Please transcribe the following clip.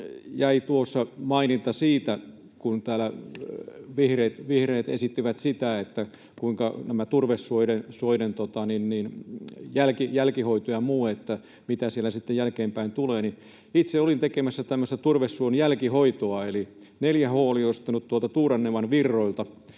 jäi maininta siitä, kun täällä vihreät esittivät, kuinka näiden turvesoiden jälkihoito ja muu, että mitä siellä sitten jälkeenpäin tulee. Itse olin tekemässä tämmöistä turvesuon jälkihoitoa, eli 4H oli ostanut Tuurannevan Virroilta,